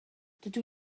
dydw